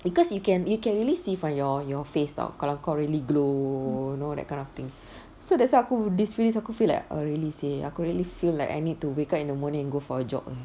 because you can you can really see from your your face [tau] kalau kau really glow you know that kind of thing so that's why aku these few days aku feel like err really seh I could really feel like I need to wake up in the morning and go for a jog